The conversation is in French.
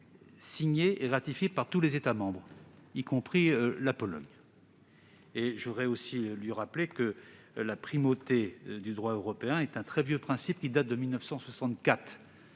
signés et ratifiés par tous les États membres, y compris la Pologne. Je voudrais aussi lui rappeler que la primauté du droit européen est un très vieux principe, qui remonte à 1964.